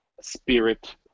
spirit